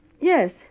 yes